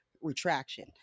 retraction